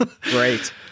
Great